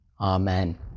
Amen